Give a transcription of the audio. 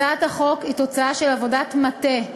הצעת החוק היא תוצאה של עבודת מטה,